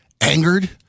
angered